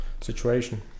situation